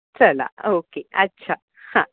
चला ओके अच्छा हां